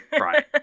Right